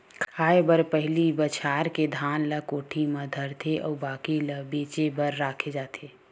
खाए बर पहिली बछार के धान ल कोठी म धरथे अउ बाकी ल बेचे बर राखे जाथे